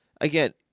Again